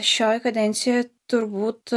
šioj kadencijoj turbūt